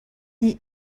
have